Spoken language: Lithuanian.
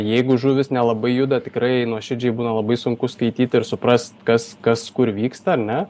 jeigu žuvys nelabai juda tikrai nuoširdžiai būna labai sunku skaityt ir suprast kas kas kur vyksta ar ne